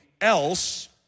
else